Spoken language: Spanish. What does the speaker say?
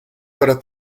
para